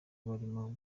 barimo